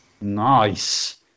Nice